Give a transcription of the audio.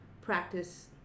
practice